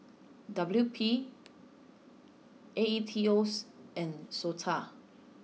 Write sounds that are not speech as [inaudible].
W P A E T O [hesitation] and Sota